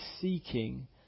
seeking